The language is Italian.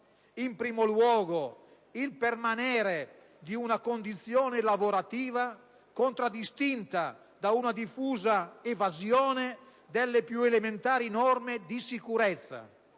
In primo luogo, il permanere di una condizione lavorativa contraddistinta da una diffusa evasione dalle più elementari norme di sicurezza.